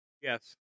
Yes